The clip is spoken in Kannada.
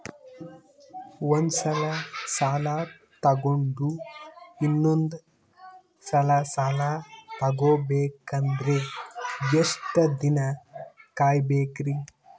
ಒಂದ್ಸಲ ಸಾಲ ತಗೊಂಡು ಇನ್ನೊಂದ್ ಸಲ ಸಾಲ ತಗೊಬೇಕಂದ್ರೆ ಎಷ್ಟ್ ದಿನ ಕಾಯ್ಬೇಕ್ರಿ?